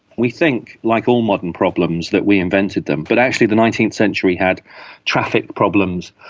we think, like all modern problems, that we invented them. but actually the nineteenth century had traffic problems.